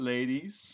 Ladies